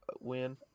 win